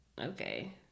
okay